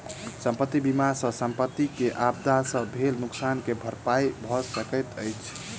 संपत्ति बीमा सॅ संपत्ति के आपदा से भेल नोकसान के भरपाई भअ सकैत अछि